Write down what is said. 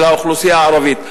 של האוכלוסייה הערבית.